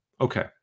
Okay